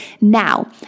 Now